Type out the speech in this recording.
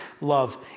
love